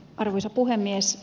arvoisa puhemies